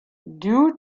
due